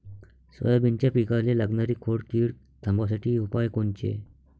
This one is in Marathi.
सोयाबीनच्या पिकाले लागनारी खोड किड थांबवासाठी उपाय कोनचे?